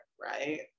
right